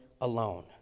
alone